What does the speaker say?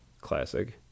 classic